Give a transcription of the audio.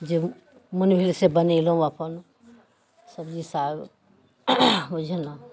जे मन भेल से बनेलहुँ अपन सब्जी साग बुझलहुँ